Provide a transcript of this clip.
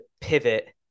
pivot